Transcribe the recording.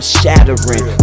shattering